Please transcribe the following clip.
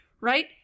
right